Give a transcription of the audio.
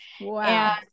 wow